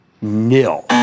nil